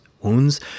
wounds